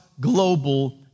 global